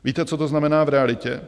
Víte, co to znamená v realitě?